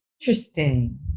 Interesting